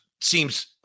seems